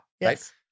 Yes